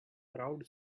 crowd